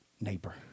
neighbor